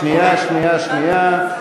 שנייה, שנייה,